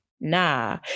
nah